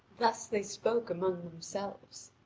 thus they spoke among themselves.